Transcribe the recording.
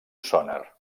sonar